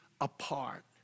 apart